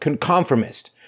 conformist